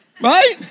right